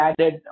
added